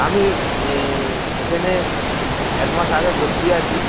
আমি এখানে এক মাস আগে ভর্তি আছি